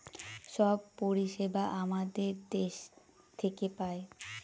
সব পরিষেবা আমাদের দেশ থেকে পায়